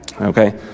Okay